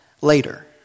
later